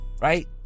Right